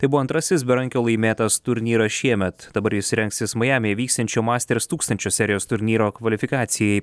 tai buvo antrasis berankio laimėtas turnyras šiemet dabar jis rengsis majamyje vyksiančio masters tūkstančio serijos turnyro kvalifikacijai